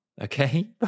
Okay